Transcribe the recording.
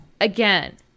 again